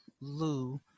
Lou